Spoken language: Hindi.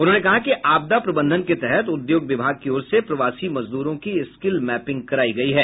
उन्होंने कहा कि आपदा प्रबंधन के तहत उद्योग विभाग की ओर से प्रवासी मजदूरों की स्कील मैपिंग करायी गयी है